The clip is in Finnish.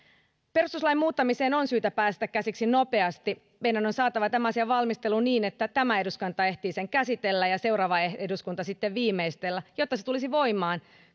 perustuslain muuttamiseen on syytä päästä käsiksi nopeasti meidän on saatava tämä asia valmisteluun niin että tämä eduskunta ehtii sen käsitellä ja seuraava eduskunta sitten viimeistellä jotta se tulisi voimaan